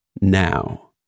Now